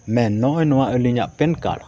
ᱢᱮᱱ ᱱᱚᱜᱼᱚᱭ ᱱᱚᱣᱟ ᱟᱹᱞᱤᱧᱟᱜ ᱯᱮᱱ ᱠᱟᱨᱰ